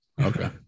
okay